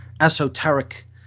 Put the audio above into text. esoteric